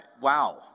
Wow